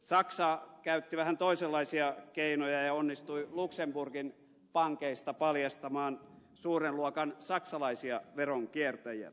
saksa käytti vähän toisenlaisia keinoja ja onnistui luxemburgin pankeista paljastamaan suuren luokan saksalaisia veronkiertäjiä